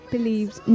believes